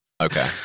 Okay